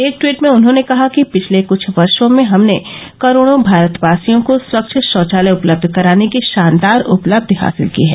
एक ट्वीट में उन्होंने कहा कि पिछले कुछ वर्षो में हमने करोडों भारतवासियों को स्वच्छ शौचालय उपलब्ध कराने की शानदार उपलब्धि हासिल की है